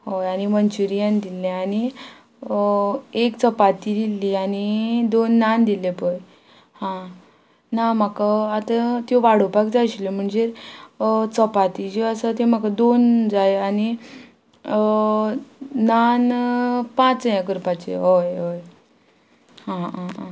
ओय आनी मंचुरियान दिल्ले आनी एक चपाती दिल्ली आनी दोन नान दिल्ले पय हां ना म्हाका आतां त्यो वाडोवपाक जाय आशिल्ल्यो म्हणजे चपाती ज्यो आसा त्यो म्हाका दोन जाय आनी नान पांच हें करपाचे हय हय आं आं आं